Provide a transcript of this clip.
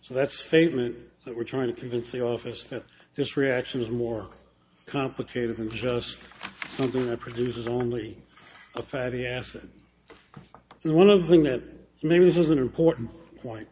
so that's statement that we're trying to convince the office that this reaction is more complicated than just something that produces only a fatty acid and one of the thing that maybe this is an important point